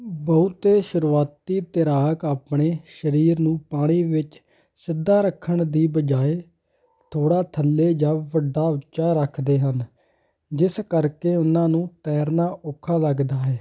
ਬਹੁਤੇ ਸ਼ੁਰੂਆਤੀ ਤੈਰਾਕ ਆਪਣੇ ਸਰੀਰ ਨੂੰ ਪਾਣੀ ਵਿੱਚ ਸਿੱਧਾ ਰੱਖਣ ਦੀ ਬਜਾਏ ਥੋੜ੍ਹਾ ਥੱਲੇ ਜਾਂ ਵੱਡਾ ਉੱਚਾ ਰੱਖਦੇ ਹਨ ਜਿਸ ਕਰਕੇ ਉਨ੍ਹਾਂ ਨੂੰ ਤੈਰਨਾ ਔਖਾ ਲੱਗਦਾ ਹੈ